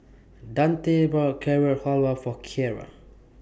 Dante bought Carrot Halwa For Kiara